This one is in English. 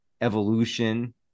Evolution